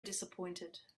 dissapointed